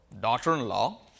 daughter-in-law